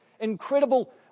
incredible